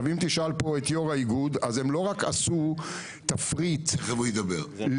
אם תשאל את יו"ר האיגוד תשמע שהם לא רק עשו תפריט ומפרט,